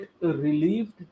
relieved